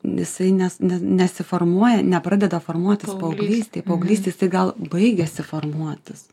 jisai nes nesiformuoja nepradeda formuotis paauglystėj paauglystėj jisai gal baigiasi formuotis